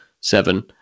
seven